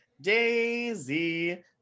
Daisy